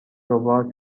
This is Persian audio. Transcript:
ربات